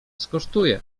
skosztuje